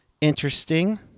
Interesting